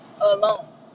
alone